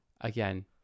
again